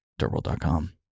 Dirtworld.com